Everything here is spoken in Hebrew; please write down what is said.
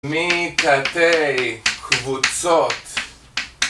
מתתי קבוצות